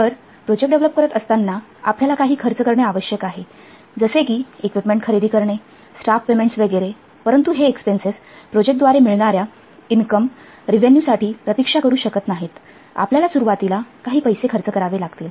तर project develop करत असताना आपल्याला काही खर्च करणे आवश्यक आहे जसे कि इक्विपमेंट खरेदी करणे स्टाफ पेमेंट्स वगैरे परंतु हे एक्सपेन्सेस प्रोजेक्टद्वारे मिळणाऱ्या इनकम रेव्हेन्यू साठी प्रतीक्षा करू शकत नाहीत आपल्याला सुरुवातीला काही पैसे खर्च करावे लागतील